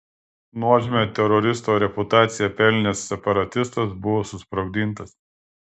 nuožmią teroristo reputaciją pelnęs separatistas buvo susprogdintas